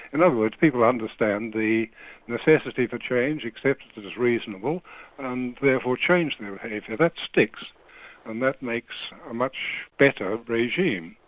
in other words, people understand the necessity for change, accept it as reasonable and therefore change their behaviour, that sticks and that makes a much better regime.